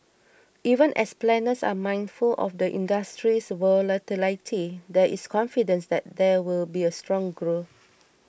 even as planners are mindful of the industry's volatility there is confidence that there will be strong growth